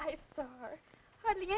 i mean